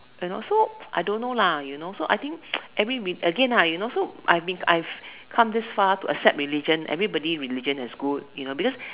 you know so I don't lah you know so I think every again lah you kow I've been I've come this far to accept religion everybody religion is good you know because